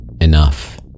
enough